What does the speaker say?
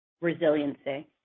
resiliency